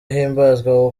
ahimbazwe